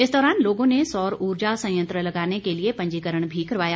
इस दौरान लोगों ने सौर ऊर्जा संयंत्र लगाने के लिए पंजीकरण भी करवाया